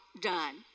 done